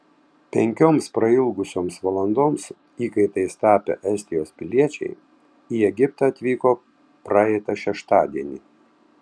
penkioms prailgusioms valandoms įkaitais tapę estijos piliečiai į egiptą atvyko praeitą šeštadienį